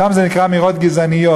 שם זה נקרא אמירות גזעניות,